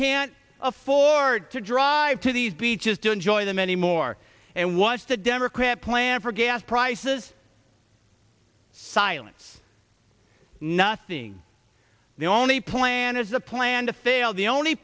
can't afford to drive to these beaches to enjoy them anymore and watch the democrat plan for gas prices silence nothing the only plan is a plan to fail the only